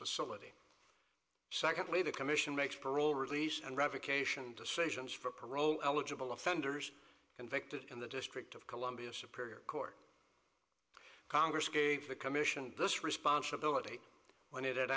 facility secondly the commission makes parole release and revocation decisions for parole eligible offenders convicted in the district of columbia superior court congress gave the commission this responsibility when it